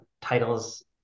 titles